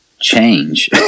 change